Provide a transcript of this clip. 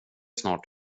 snart